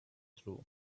through